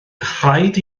rhaid